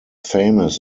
famous